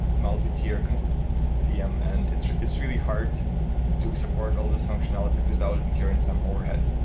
multi-tier vm and it's it's really hard to support all these functionality without incurring some overhead.